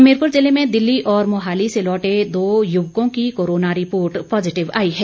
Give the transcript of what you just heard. हमीरपुर ज़िले में दिल्ली और मोहाली से लौटे दो युवकों की कोरोना रिपोर्ट पॉजिटिव आई है